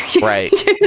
Right